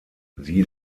sie